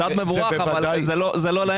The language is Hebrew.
זה צעד מבורך, אבל זה לא להם.